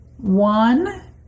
one